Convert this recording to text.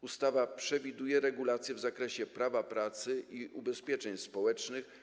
Ustawa przewiduje regulacje w zakresie Prawa pracy i ubezpieczeń społecznych.